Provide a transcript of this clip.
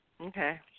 Okay